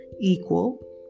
equal